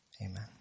Amen